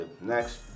Next